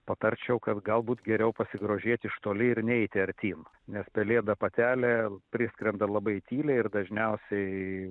patarčiau kad galbūt geriau pasigrožėti iš toli ir neiti artyn nes pelėda patelė priskrenda labai tyliai ir dažniausiai